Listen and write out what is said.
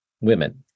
women